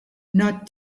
not